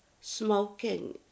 smoking